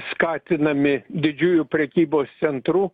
skatinami didžiųjų prekybos centrų